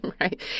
Right